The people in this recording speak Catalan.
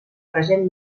present